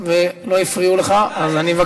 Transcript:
מה נהיית יפה עיניים?